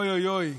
אוי אוי אוי.